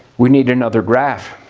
we need another graph.